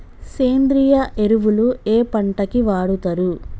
సేంద్రీయ ఎరువులు ఏ పంట కి వాడుతరు?